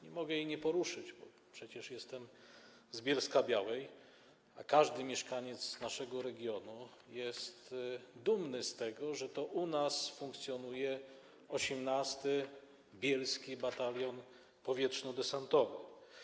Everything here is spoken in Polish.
Nie mogę jej nie poruszyć, bo przecież jestem z Bielska-Białej, a każdy mieszkaniec naszego regionu jest dumny z tego, że to u nas funkcjonuje 18. Bielski Batalion Powietrznodesantowy.